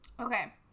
Okay